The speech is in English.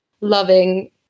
loving